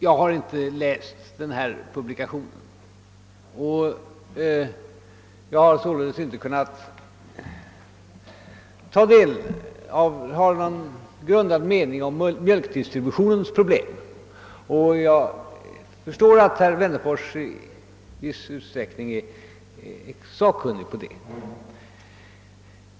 Jag har inte läst den publikation det här gäller och kan sålunda inte ha någon grundad uppfattning om mjölkdistributionens problem. Jag förstår att herr Wennerfors i viss utsträckning är sakkunnig på det.